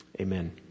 amen